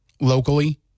locally